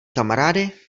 kamarády